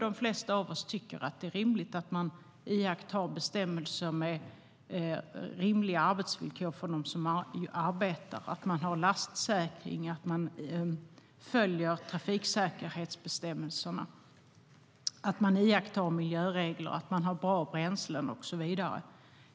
De flesta av oss tycker nog att det är rimligt att man iakttar bestämmelser med rimliga arbetsvillkor för dem som arbetar, att man har lastsäkring, att man följer trafiksäkerhetsbestämmelser, att man iakttar miljöregler, har bra bränslen och så vidare.